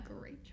great